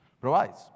provides